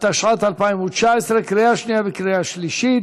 התשע"ט 2019, לקריאה שנייה וקריאה שלישית.